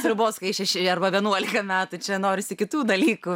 sriubos kai šeši arba vienuolika metų čia norisi kitų dalykų